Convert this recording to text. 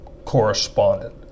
correspondent